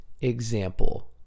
example